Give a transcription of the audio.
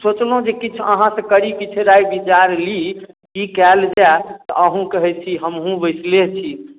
सोचलहुँ जे किछु अहाँ तऽ करी किछु राय विचार ली की कयल जाय तऽ अहुँ कहैत छी हमहुँ बैसले छी